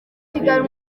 kigali